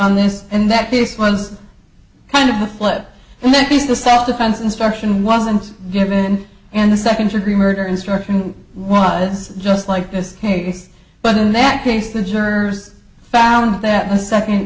on this and that this was kind of the flip and that is the self defense instruction wasn't given and the second degree murder instruction was just like this case but in that case the jurors found that the second